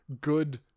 good